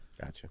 Gotcha